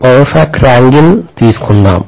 power factor angle తీసుకుందాం